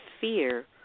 fear